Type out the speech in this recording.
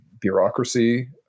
bureaucracy